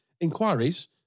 inquiries